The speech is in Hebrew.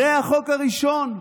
זה החוק הראשון?